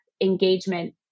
engagement